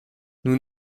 nous